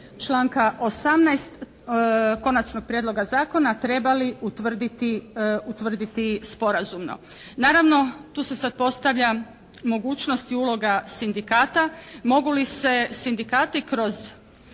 članka 18. konačnog prijedloga zakona trebali utvrditi sporazumno. Naravno, tu se sada postavlja mogućnost i uloga sindikata mogu li se sindikati